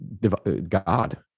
God